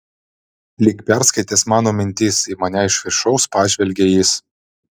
lyg perskaitęs mano mintis į mane iš viršaus pažvelgė jis